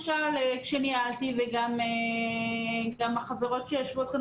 למשל כשניהלתי, וגם חברות הכנסת שיושבות כאן,